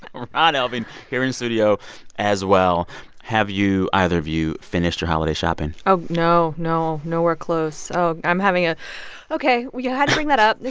ron elving here in studio as well have you either of you finished your holiday shopping? oh no, no, nowhere close. oh, i'm having a ok well, you yeah had to bring that up.